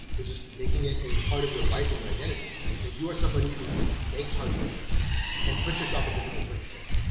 is just making it a part of your life and your identity that you're somebody who makes hard choices and puts yourself in difficult circumstances.